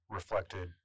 reflected